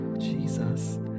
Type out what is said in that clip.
Jesus